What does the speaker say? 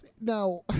now